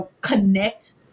connect